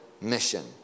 mission